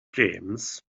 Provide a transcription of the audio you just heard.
james